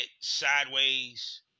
sideways